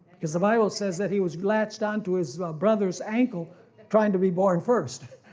because the bible says that he was latched onto his brother's ankle trying to be born first.